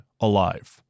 alive